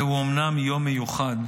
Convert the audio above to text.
זהו אומנם יום מיוחד,